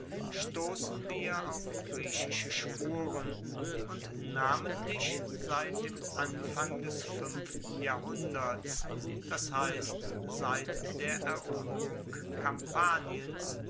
stossen wir auf griechische spuren und namentlich seit dem anfang des fuenften jahrhunderts das heisst seit der eroberung kampaniens